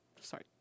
Sorry